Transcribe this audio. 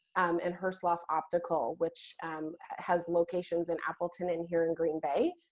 and herslof optical, which has locations in appleton and here in green bay.